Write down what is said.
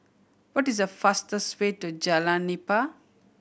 what is the fastest way to Jalan Nipah